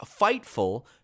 Fightful